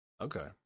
Okay